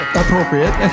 appropriate